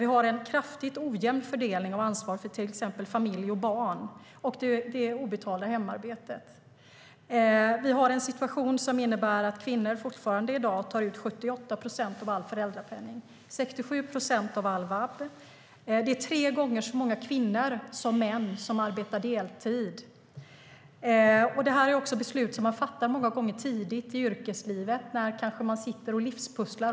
Vi har en mycket ojämn fördelning av ansvaret för till exempel familj och barn, det obetalda hemarbetet. Vi har en situation som innebär att kvinnor fortfarande tar ut 78 procent av all föräldrapenning och 67 procent av all VAB. Tre gånger så många kvinnor som män arbetar deltid. Det handlar om beslut som man ofta fattar tidigt i yrkeslivet, när man kanske sitter och livspusslar.